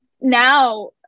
now